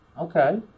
Okay